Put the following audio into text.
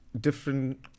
different